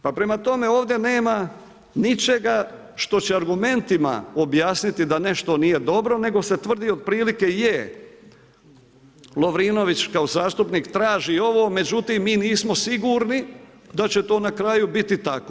Prema tome, ovdje nema ničega što će argumentima, objasniti da nešto nije dobro, nego se tvrdi, otprilike je, Lovrinović, kao zastupnik traži ovo, međutim, mi nismo sigurni da će to na kraju biti tako.